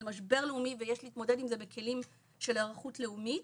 משבר לאומי ויש להתמודד עם זה בכלים של היערכות לאומית.